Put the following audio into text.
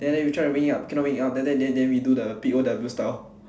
then then we try to bring it up cannot bring up then then then we do the P_O_W style